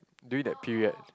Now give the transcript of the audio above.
during that period